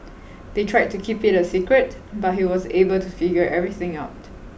they tried to keep it a secret but he was able to figure everything out